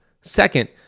Second